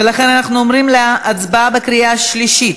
ולכן אנחנו עוברים להצבעה בקריאה שלישית.